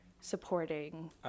Supporting